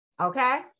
Okay